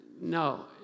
No